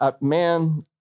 man